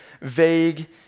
vague